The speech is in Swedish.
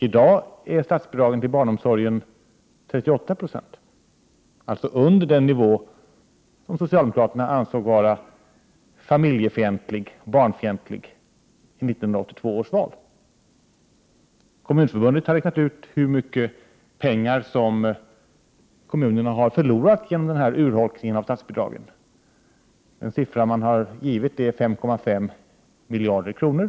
I dag är statsbidragen till barnomsorgen 38 96, alltså under den nivå som socialdemokraterna i 1982 års val ansåg vara familjefientlig och barnfientlig. Kommunförbundet har räknat ut hur mycket pengar som kommunerna förlorat genom den här urholkningen av statsbidragen. Den siffra man angivit är 5,5 miljarder kronor.